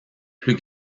plus